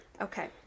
Okay